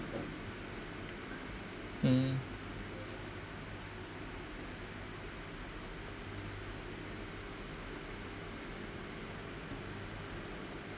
mm